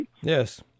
Yes